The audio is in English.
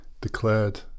declared